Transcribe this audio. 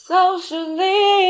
Socially